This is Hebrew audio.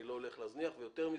אני לא הולך להזניח ויותר מזה,